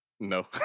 No